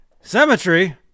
Cemetery